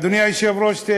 אדוני היושב-ראש,